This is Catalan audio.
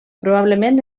probablement